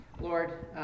Lord